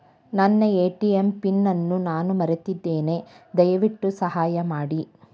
ನನ್ನ ATM PIN ಅನ್ನು ನಾನು ಮರೆತಿದ್ದೇನೆ, ದಯವಿಟ್ಟು ಸಹಾಯ ಮಾಡಿ